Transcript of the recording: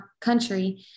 country